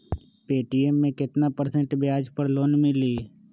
Paytm मे केतना percent ब्याज पर लोन मिली?